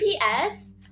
GPS